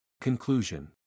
Conclusion